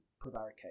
prevaricate